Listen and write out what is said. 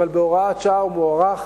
אבל בהוראת שעה הוא מוארך